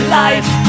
life